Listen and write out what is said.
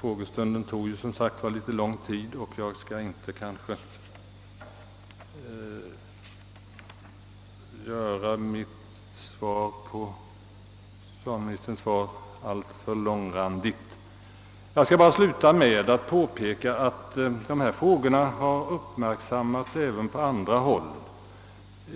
Frågestunden drog ju ut på tiden, och jag skall därför inte göra mitt bemötande av socialministerns svar alltför långt. Jag vill bara till sist påpeka att desa frågor har uppmärksammats även på andra håll.